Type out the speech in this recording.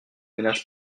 ménage